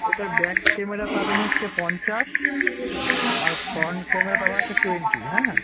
এটার back camera পাবেন হচ্ছে পঞ্চাশ আর ফ্রন্ট ক্যামেরা পাবেন হচ্ছে টোয়েন্টি হ্যাঁ